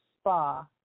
spa